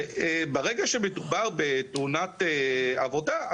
ברגע שמדובר בתאונת עבודה,